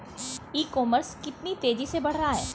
ई commerce कितनी तेजी से बढ़ रहा है?